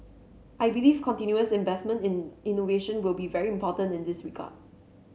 I believe continuous investment in innovation will be very important in this regard